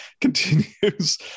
continues